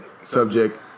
subject